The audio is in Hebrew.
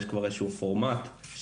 יש כבר איזה שהוא פורמט שבנוי,